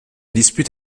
dispute